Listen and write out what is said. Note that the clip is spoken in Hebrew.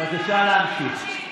בבקשה להמשיך.